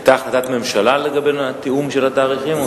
היתה החלטת ממשלה לגבי התיאום של התאריכים?